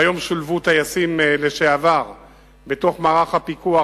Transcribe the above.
והיום שולבו טייסים לשעבר במערך הפיקוח